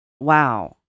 Wow